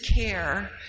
care